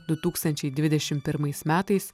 du tūkstančiai dvidešimt pirmais metais